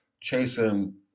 chasing